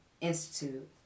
Institute